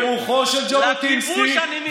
ברוחו של ז'בוטינסקי, לכיבוש אני מתנגד.